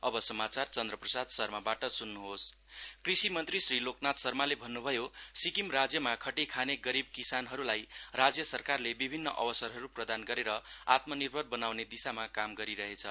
पशुधन मेला कृषि मन्त्री श्री लोकनाथ शर्माले भन्नुभयो सिक्किम राज्यमा खटिखाने गरीब किसानहरूलाई राज्य सरकारले विभिन्न अवसरहरू प्रदान गरेर आत्मनिर्भर बनाउने दिशामा काम गरिरहेछ